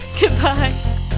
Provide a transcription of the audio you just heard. Goodbye